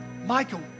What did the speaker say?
Michael